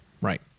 Right